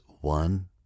one